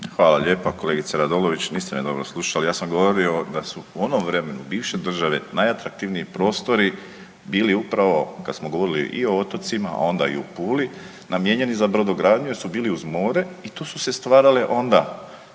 Hvala lijepa. Kolegice Radolović, niste me dobro slušali. Ja sam govorio da su u onom vremenu bivše države najatraktivniji prostori bili upravo kad smo govorili i o otocima onda i o Puli namijenjeni za brodogradnju jer su bili uz more i tu su se stvarale onda